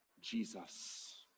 Jesus